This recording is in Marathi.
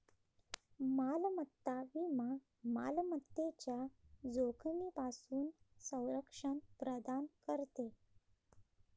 मालमत्ता विमा मालमत्तेच्या जोखमीपासून संरक्षण प्रदान करते